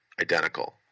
identical